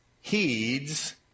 heeds